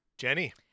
Jenny